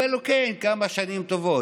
הוא אומר לו: כן, כמה שנים טובות.